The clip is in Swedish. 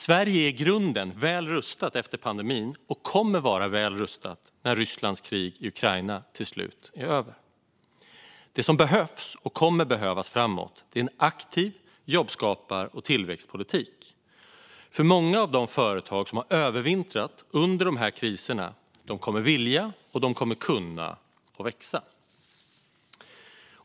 Sverige är i grunden väl rustat efter pandemin och kommer att vara väl rustat när Rysslands krig i Ukraina till slut är över. Det som behövs och kommer att behövas framåt är en aktiv jobbskapar och tillväxtpolitik, för många av de företag som har övervintrat dessa kriser kommer att vilja och kunna växa.